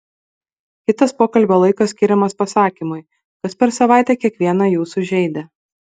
kitas pokalbio laikas skiriamas pasakymui kas per savaitę kiekvieną jūsų žeidė